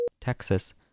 Texas